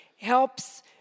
helps